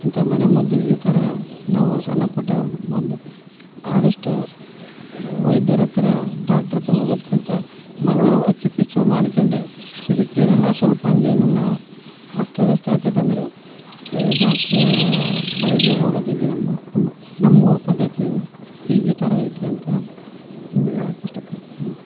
ಇಂಥ ಮನೆಮದ್ದು ಈ ಥರ ನಾವು ಸಣ್ಣ ಪುಟ್ಟ ಮದ್ದು ಆದಷ್ಟು ವೈದ್ಯರ ಹತ್ರ ಡಾಕ್ಟರ್ ಹತ್ತಿರ ಹೋಗೋದಕ್ಕಿಂತ ಮೊದ್ಲು ಇಂಥ ಚಿಕಿತ್ಸೆ ಮಾಡ್ಕ್ಯಂಡು ಇದಕ್ಕೆ ಏನನ್ನು ಸ್ವಲ್ಪ ಏನನ್ನು ಅಸ್ತವ್ಯಸ್ತ ಆತೈತಿ ಅಂದರೆ ಈ ಡಾಕ್ಟ್ರ್ ಬಳಿಗೆ ಹೋಗೋದಿಲ್ಲ ನಮ್ಮ ನಮ್ಮ ಊರು ಪದ್ಧತಿ ಈ ಈ ಥರ ಐತೆ ಅಂತ ನಿಮಗೆ ಹೇಳಕ್ಕೆ ಇಷ್ಟ ಪಡ್ತೀನಿ